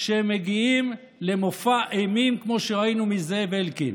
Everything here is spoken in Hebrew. שהם מגיעים למופע אימים כמו שראינו מזאב אלקין.